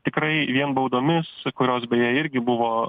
tikrai vien baudomis kurios beje irgi buvo